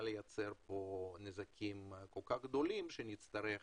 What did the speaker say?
לייצר פה נזקים כל כך גדולים שנצטרך